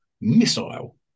missile